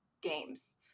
games